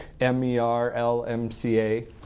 M-E-R-L-M-C-A